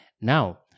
Now